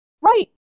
Right